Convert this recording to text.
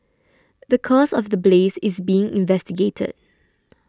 the cause of the blaze is being investigated